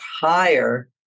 higher